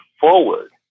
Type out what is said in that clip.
forward